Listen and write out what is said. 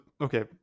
Okay